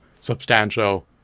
substantial